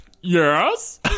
Yes